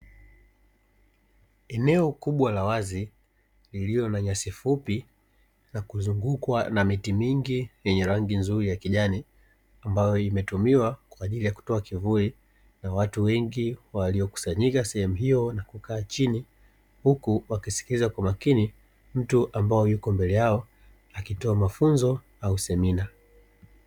Eneo kubwa la wazi lililo na nyasi fupi na kuzungukwa na miti mingi yenye rangi nzuri ya kijani, ambayo imetumiwa kwa ajili ya kutoa kivuli na watu wengi waliokusanyika sehemu hiyo na kukaa chini, huku wakisikiliza kwa makini mtu ambaye yuko mbele yao akitoa mafunzo au semina.